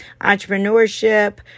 entrepreneurship